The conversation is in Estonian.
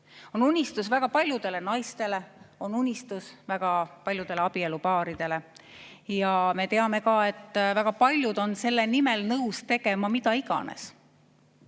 on unistus väga paljudele naistele, on unistus väga paljudele abielupaaridele. Me teame ka, et väga paljud on selle nimel nõus tegema mida iganes.